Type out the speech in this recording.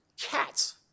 Cats